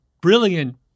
brilliant